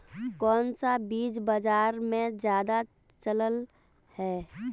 कोन सा बीज बाजार में ज्यादा चलल है?